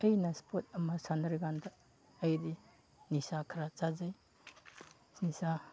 ꯑꯩꯅ ꯏꯁꯄꯣꯔꯠ ꯑꯃ ꯁꯥꯟꯅꯔꯤ ꯀꯥꯟꯗ ꯑꯩꯗꯤ ꯅꯤꯁꯥ ꯈꯔ ꯆꯥꯖꯩ ꯅꯤꯁꯥ